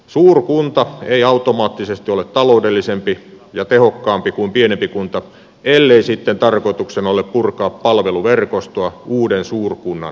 suurkunta ei automaattisesti ole taloudellisempi ja tehokkaampi kuin pienempi kunta ellei sitten tarkoituksena ole purkaa palveluverkostoa uuden suurkunnan reuna alueilta